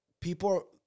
people